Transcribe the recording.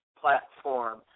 platform